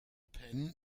penh